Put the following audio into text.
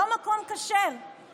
לא מקום כשר,